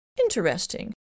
Interesting